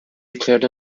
declared